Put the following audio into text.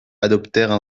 adoptèrent